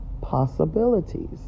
possibilities